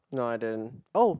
no I didn't oh